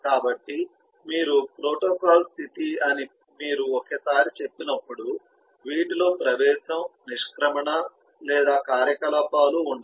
కాబట్టి మీరు ప్రోటోకాల్ స్థితి అని మీరు ఒకసారి చెప్పినప్పుడు వీటిలో ప్రవేశం నిష్క్రమణ లేదా కార్యకలాపాలు ఉండవు